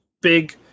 big